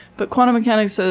but quantum mechanics, so